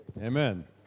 Amen